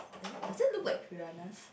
does does it look like piranhas